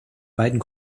beiden